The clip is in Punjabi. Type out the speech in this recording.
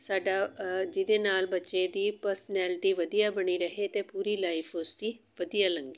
ਸਾਡਾ ਜਿਹਦੇ ਨਾਲ ਬੱਚੇ ਦੀ ਪਰਸਨੈਲਿਟੀ ਵਧੀਆ ਬਣੀ ਰਹੇ ਅਤੇ ਪੂਰੀ ਲਾਈਫ ਉਸਦੀ ਵਧੀਆ ਲੰਘੇ